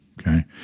okay